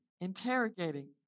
Interrogating